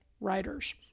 writers